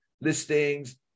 listings